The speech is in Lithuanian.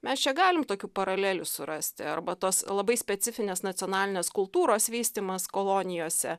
mes čia galim tokių paralelių surasti arba tos labai specifinės nacionalinės kultūros vystymas kolonijose